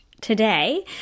today